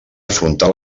afrontar